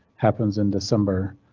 happens in december,